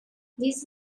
this